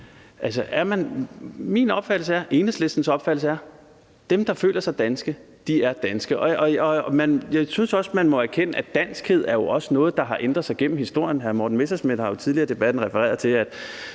opfattelse er, at dem, der føler sig danske, er danske. Og jeg synes også, man må erkende, at danskhed jo også er noget, der har ændret sig gennem historien. Hr. Morten Messerschmidt har jo tidligere i debatten refereret til, at